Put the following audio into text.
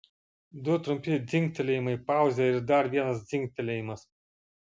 du trumpi dzingtelėjimai pauzė ir dar vienas dzingtelėjimas